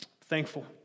Thankful